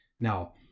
Now